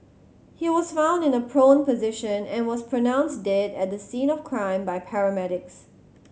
he was found in a prone position and was pronounced dead at the scene of crime by paramedics